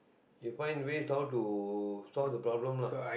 you find ways how to solve the problem lah